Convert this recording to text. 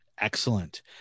Excellent